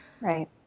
Right